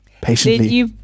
patiently